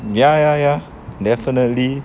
ya ya ya definitely